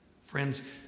friends